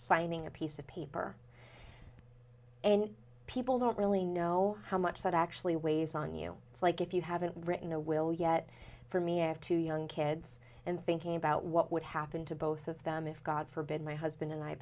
signing a piece of paper and people don't really know how much that actually weighs on you it's like if you haven't written a will yet for me i have two young kids and thinking about what would happen to both of them if god forbid my husband and i